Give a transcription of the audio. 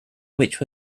which